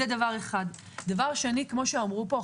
כפי שאמרו פה,